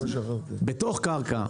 בתוך קרקע,